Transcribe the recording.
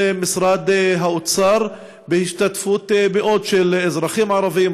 משרד האוצר בהשתתפות מאות אזרחים ערבים,